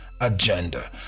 agenda